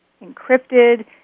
encrypted